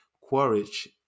quaritch